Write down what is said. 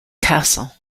castle